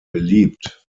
beliebt